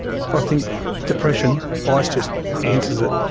i think depression, ah ice just answers it.